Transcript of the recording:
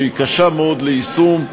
שהיא קשה מאוד ליישום,